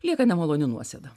lieka nemaloni nuosėda